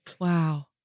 Wow